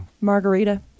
margarita